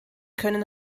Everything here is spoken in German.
können